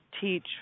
teach